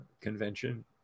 convention